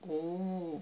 oh